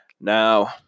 Now